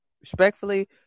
Respectfully